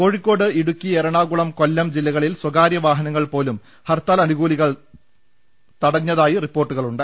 കോഴിക്കോട് ഇടുക്കി എറണാകുളം കൊല്ലം ജില്ലകളിൽ സ്വകാര്യ വാഹനങ്ങൾ പോലും ഹർത്താൽ അനു കൂലികൾ തടഞ്ഞതായി റിപ്പോർട്ടുണ്ട്